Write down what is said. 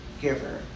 giver